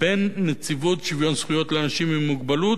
בין נציבות שוויון זכויות לאנשים עם מוגבלות